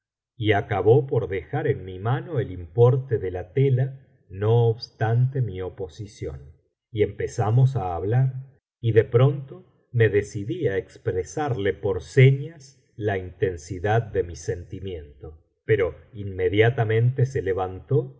y acabó por dejar en mi mano el importe de la tela no obstante mi oposición y empezamos á hablar y de pronto me decidí á expresarle por señas la intensidad de mi sentimiento pero inmediatamente se levantó y